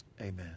amen